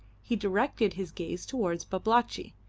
he directed his gaze towards babalatchi,